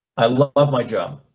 i love love my job,